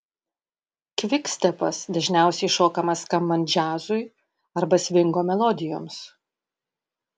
kvikstepas dažniausiai šokamas skambant džiazui arba svingo melodijoms